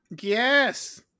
Yes